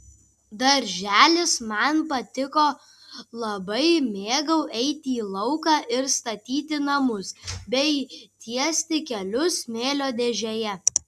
darželis man patiko labai mėgau eiti į lauką ir statyti namus bei tiesti kelius smėlio dėžėje